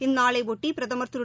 இந்நாளையொட்டி பிரதமர் திரு